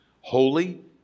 holy